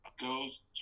goes